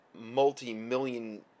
multi-million